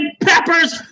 Pepper's